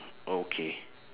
okay